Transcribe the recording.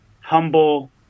humble